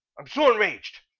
i'm so enraged!